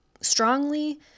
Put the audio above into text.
strongly